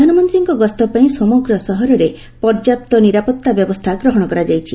ପ୍ରଧାନମନ୍ତ୍ରୀଙ୍କ ଗସ୍ତ ପାଇଁ ସମଗ୍ର ସହରରେ ପର୍ଯ୍ୟାପ୍ତ ନିରାପତ୍ତା ବ୍ୟବସ୍ଥା ଗ୍ରହଣ କରାଯାଇଛି